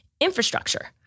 infrastructure